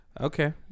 Okay